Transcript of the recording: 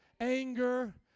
anger